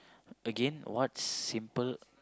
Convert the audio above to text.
again what simple